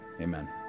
amen